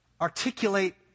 articulate